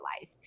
life